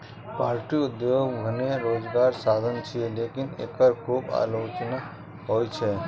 poultry उद्योग भने रोजगारक साधन छियै, लेकिन एकर खूब आलोचना होइ छै